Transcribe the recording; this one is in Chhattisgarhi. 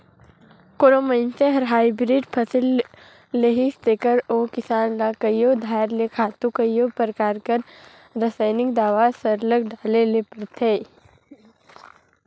कोनो मइनसे हर हाईब्रिड फसिल लेहिस तेकर ओ किसान ल कइयो धाएर ले खातू कइयो परकार कर रसइनिक दावा सरलग डाले ले परथे